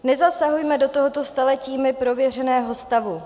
Nezasahujme do tohoto staletími prověřeného stavu.